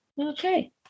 Okay